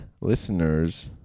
listeners